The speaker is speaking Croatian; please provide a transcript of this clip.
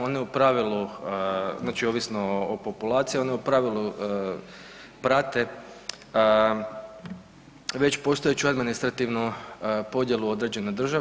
One u pravilu, znači ovisno o populaciji oni u pravilu prate već postojeću administrativnu podjelu određene države.